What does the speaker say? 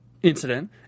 incident